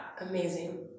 amazing